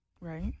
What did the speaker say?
Right